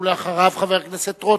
ואחריו, חבר הכנסת רותם.